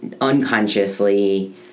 unconsciously